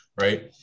right